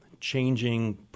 changing